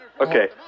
Okay